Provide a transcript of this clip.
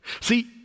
see